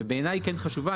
ובעיני היא כן חשובה,